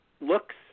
looks